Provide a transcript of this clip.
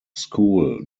school